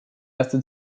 erste